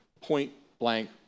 point-blank